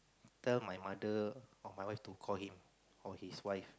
tell my mother or my wife to call him or his wife